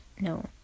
No